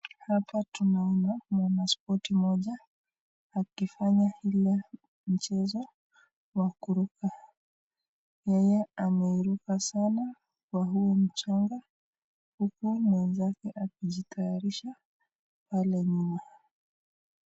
Hapa tunaona mwana spoti moja akifanya ile mchezo wa kuruka. Yeye ameiruka sana kwa huu mchanga huku mwenzake akijitayarisha pale nyuma.